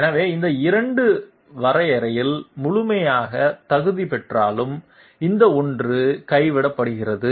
எனவே இந்த இரண்டும் வரையறையில் முழுமையாக தகுதி பெற்றாலும் இந்த ஒன்று கைவிடப்படுகிறது